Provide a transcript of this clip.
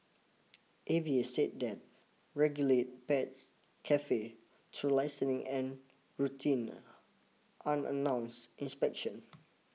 A V A said that regulate pets cafe through licensing and routine unannounced inspection